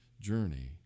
journey